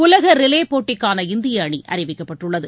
உலக ரிலே போட்டிக்கான இந்திய அணி அறிவிக்கப்பட்டுள்ளது